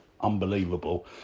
unbelievable